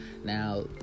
Now